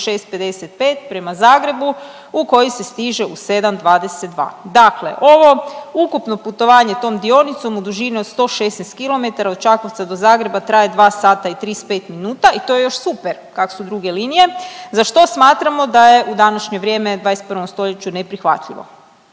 6,55 prema Zagrebu u koji se stiže u 7,22. Dakle, ovo ukupno putovanje tom dionicom u dužini od 116 km od Čakovca do Zagreba traje 2 sata i 35 minuta i to je još super kako su druge linije za što smatramo da je u današnje vrijeme u 21 stoljeću neprihvatljivo.